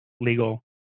legal